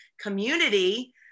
Community